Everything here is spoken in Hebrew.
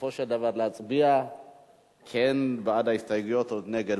בסופו של דבר להצביע כן בעד ההסתייגויות או נגד.